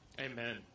Amen